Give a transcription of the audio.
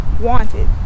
wanted